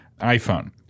iPhone